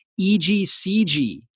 EGCG